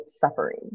suffering